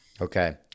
okay